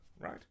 right